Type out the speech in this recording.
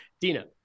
Dina